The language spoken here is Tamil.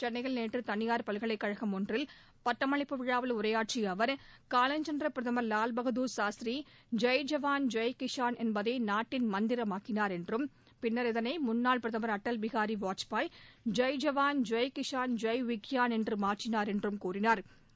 சென்னையில் நேற்று தனியார் பல்கலைக்கழகம் ஒன்றில் பட்டமளிப்பு விழாவில் உளர நிகழ்த்திய அவர் காலஞ்சென்ற பிரதமர் லால் பகதார் சாஸ்திரி ஜெய் ஜவான் ஜெய் கிஷான் என்பதை நாட்டின் மந்திரம் ஆக்கிளார் என்றும் பின்னர் இதனை முன்னாள் பிரதமர் அடல் பிஹாரி வாஜ்பேயி ஜெய் ஜவான் ஜெய் கிஷான் ஜெய் விக்யான் என்று மாற்றினாா் என்றும் கூறினாா்